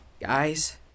guys